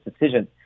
decisions